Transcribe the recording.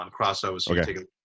crossovers